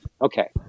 Okay